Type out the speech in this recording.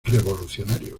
revolucionario